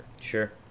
sure